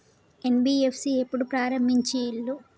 NBFC ఎప్పుడు ప్రారంభించిల్లు?